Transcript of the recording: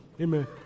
Amen